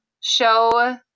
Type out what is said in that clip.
show